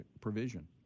provision